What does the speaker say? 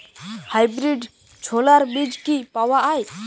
Hybrid ছোলার বীজ কি পাওয়া য়ায়?